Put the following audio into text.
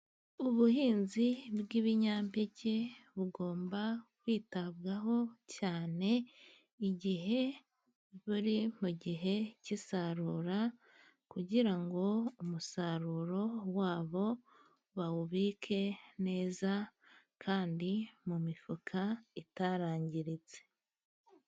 Ubuhinzi bw'ibinyampeke bugomba kwitabwaho cyane, igihe buri mu gihe cy'isarura, kugira ngo umusaruro wabo bawubike neza, kandi mu mifuka itarangiritse.